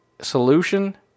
solution